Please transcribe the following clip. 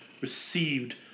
received